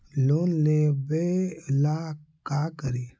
Loan लेबे ला का करि?